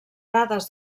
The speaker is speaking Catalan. dades